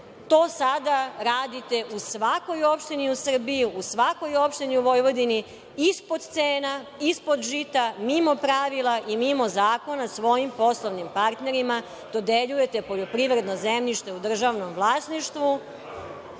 u Srbiji, u svakoj opštini u Srbiji, u svakoj opštini u Vojvodini. Ispod cena, ispod žita, mimo pravila i mimo zakona svojim poslovnim partnerima dodeljujete poljoprivredno zemljište u državnom vlasništvu